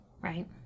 Right